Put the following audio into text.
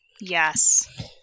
Yes